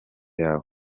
yawe